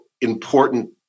important